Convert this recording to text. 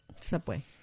Subway